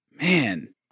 man